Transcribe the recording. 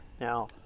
now